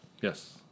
Yes